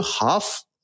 half